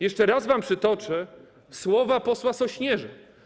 Jeszcze raz wam przytoczę słowa posła Sośnierza.